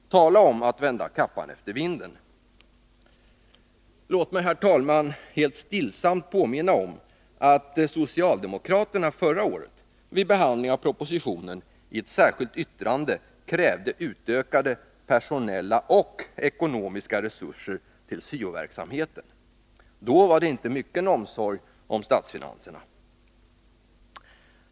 Tala om att vända kappan efter vinden! Låt mig, herr talman, helt stillsamt påminna om att socialdemokraterna förra året vid behandlingen av propositionen i ett särskilt yttrande krävde utökade personella och ekonomiska resurser till syo-verksamheten! Då var det inte mycken omsorg om statsfinanserna!